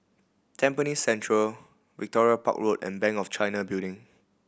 Tampines Central Victoria Park Road and Bank of China Building